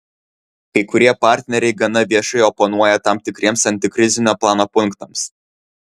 kai kurie partneriai gana viešai oponuoja tam tikriems antikrizinio plano punktams